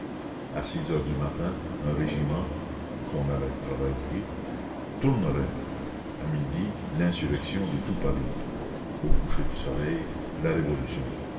à six heures du matin un régiment qu'on avait travaillé tournerait à midi l'insurrection de tout paris au coucher du soleil la révolution